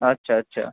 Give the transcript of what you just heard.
আচ্ছা আচ্ছা